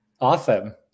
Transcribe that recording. Awesome